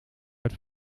uit